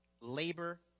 labor